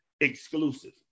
exclusive